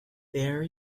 there